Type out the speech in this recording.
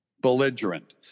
belligerent